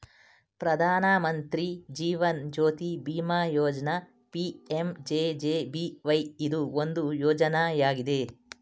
ಪ್ರಧಾನ ಮಂತ್ರಿ ಜೀವನ್ ಜ್ಯೋತಿ ಬಿಮಾ ಯೋಜ್ನ ಪಿ.ಎಂ.ಜೆ.ಜೆ.ಬಿ.ವೈ ಇದು ಒಂದು ಯೋಜ್ನಯಾಗಿದೆ